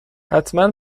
حتما